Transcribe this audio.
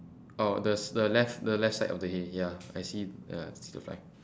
oh the the left the left side of the hay ya I see the fly